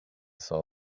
saw